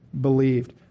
believed